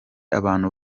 abantu